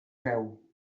veu